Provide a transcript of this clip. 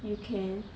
you can